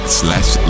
slash